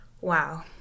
Wow